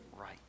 right